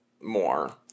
more